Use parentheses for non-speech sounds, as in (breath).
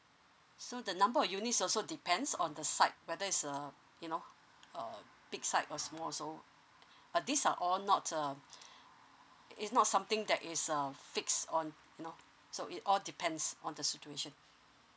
so the number of units also depends on the side whether is uh you know uh big side or small so but these are all not uh (breath) it's not something that is um fix on you know so it all depends on the situation